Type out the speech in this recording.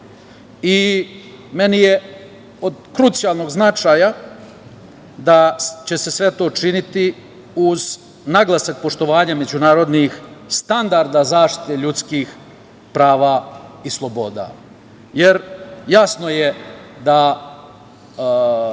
Meni je od krucijalnog značaja da će se sve to činiti uz naglasak poštovanja međunarodnih standarda zaštite ljudskih prava i sloboda. Jasno je da